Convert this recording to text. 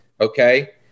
Okay